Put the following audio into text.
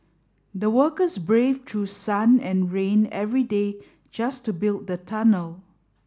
the workers braved through sun and rain every day just to build the tunnel